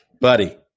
buddy